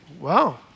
Wow